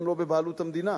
הם לא בבעלות המדינה,